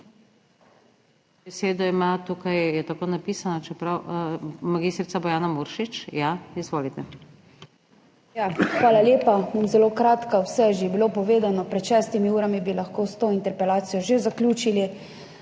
kratka. Vse je že bilo povedano, pred šestimi urami bi lahko s to interpelacijo že zaključili.